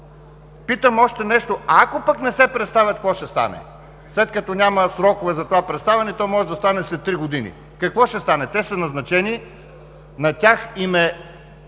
Питам още нещо: ако пък не се представят, какво ще стане, след като няма срокове за това представяне и то може да стане след три години? Какво ще стане? Те са назначени. На тях им е